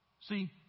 See